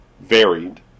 varied